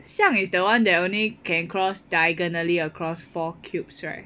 象 is the one that only can cross diagonally across four cubes right